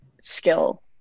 skill